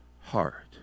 heart